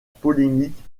polémique